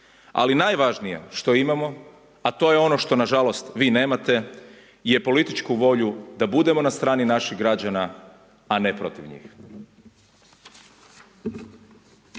Ali najvažnije što imamo, a to je ono što na žalost vi nemate je političku volju da budemo na strani naših građana, a ne protiv njih.